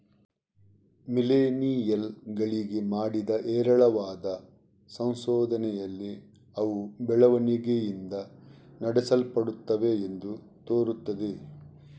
millennial ಗಳಿಗೆ ಮಾಡಿದ ಹೇರಳವಾದ ಸಂಶೋಧನೆಯಲ್ಲಿ ಅವು ಬೆಳವಣಿಗೆಯಿಂದ ನಡೆಸಲ್ಪಡುತ್ತವೆ ಎಂದು ತೋರುತ್ತದೆ